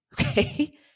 Okay